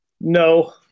No